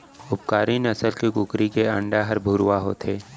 उपकारी नसल के कुकरी के अंडा हर भुरवा होथे